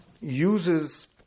uses